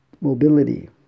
mobility